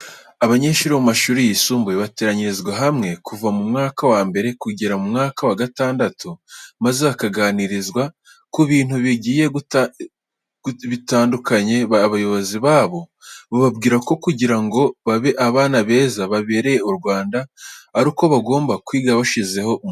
Abanyeshuri bo mu mashuri yisumbuye bateranyirizwa hamwe kuva mu mwaka wa mbere kugera mu mwaka wa gatandatu maze bakaganiriza ku bintu bigiye bitandukanye. Abayobozi babo bababwira ko kugira ngo babe abana beza babereye u Rwanda ari uko bagomba kwiga bashyizeho umwete.